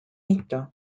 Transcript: mitu